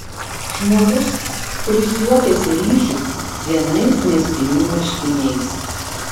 žmogus kuris juokiasi ryžiui vienais mezginių marškiniais